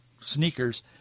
sneakers